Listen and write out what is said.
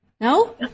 No